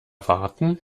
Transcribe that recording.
warten